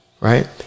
right